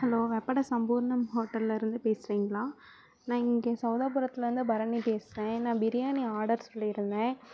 hello வெப்பட சம்பூர்ணம் ஹோட்டல்லேர்ந்து பேசுறீங்களா நான் இங்கே சவுதாபுரத்துலேர்ந்து பரணி பேசுகிறேன் நான் பிரியாணி ஆடர் சொல்லியிருந்தேன்